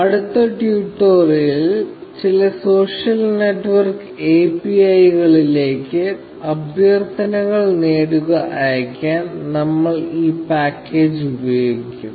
അടുത്ത ട്യൂട്ടോറിയലിൽ ചില സോഷ്യൽ നെറ്റ്വർക്ക് API കളിലേക്ക് അഭ്യർത്ഥനകൾ നേടുക അയയ്ക്കാൻ നമ്മൾ ഈ പാക്കേജ് ഉപയോഗിക്കും